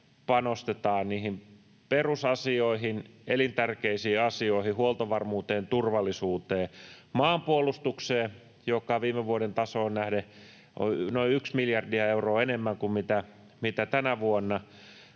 panostetaan niihin perusasioihin, elintärkeisiin asioihin: huoltovarmuuteen, turvallisuuteen, maanpuolustukseen, joka viime vuoden tasoon nähden on noin yksi miljardi euroa enemmän kuin mitä tänä vuonna.